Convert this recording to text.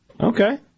Okay